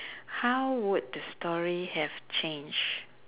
how would the story have changed